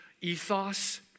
ethos